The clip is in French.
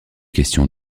question